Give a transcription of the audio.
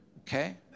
Okay